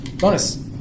Bonus